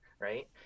right